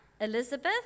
Elizabeth